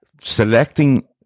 selecting